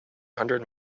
hundred